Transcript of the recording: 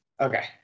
Okay